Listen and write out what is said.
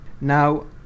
Now